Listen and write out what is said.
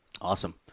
Awesome